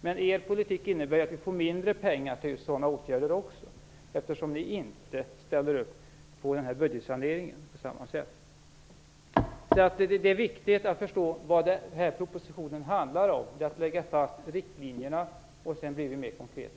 Men er politik innebär att vi får mindre pengar till sådana åtgärder, eftersom ni inte ställer upp på budgetsaneringen på samma sätt. Det är viktigt att förstå vad den här propositionen handlar om. Det är att lägga fast riktlinjerna. Sedan blir vi stegvis mer konkreta.